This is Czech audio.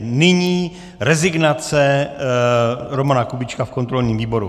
Nyní rezignace Romana Kubíčka v kontrolním výboru.